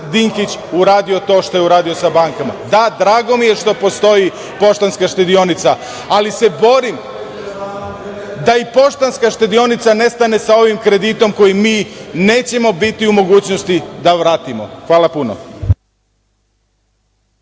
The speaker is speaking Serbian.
Dinkić uradio to što je uradio sa bankama, da, drago mi je što postoji Poštanska štedionica, ali se borim da i Poštanska štedionica nestane sa ovim kreditom koji mi nećemo biti u mogućnosti da vratimo. Hvala puno.